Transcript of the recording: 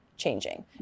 changing